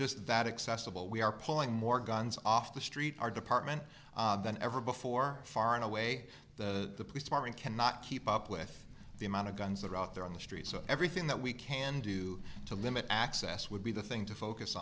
just that excessive well we are pulling more guns off the street our department than ever before far and away the police department cannot keep up with the amount of guns that are out there on the street so everything that we can do to limit access would be the thing to focus